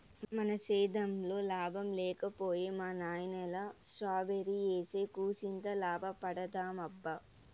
మన సేద్దెంలో లాభం లేక పోయే మా నాయనల్లె స్ట్రాబెర్రీ ఏసి కూసింత లాభపడదామబ్బా